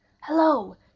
Hello